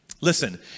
Listen